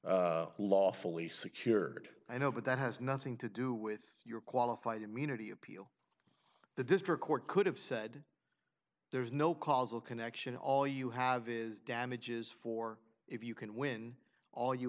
lawfully secured i know but that has nothing to do with your qualified immunity appeal the district court could have said there is no causal connection all you have is damages for if you can win all you